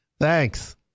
Thanks